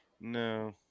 No